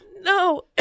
no